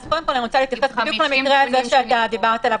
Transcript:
אז אני רוצה להתייחס בדיוק למקרה הזה שאתה דיברת עליו.